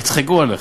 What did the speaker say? יצחקו עליכם.